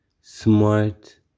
smart